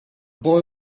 boy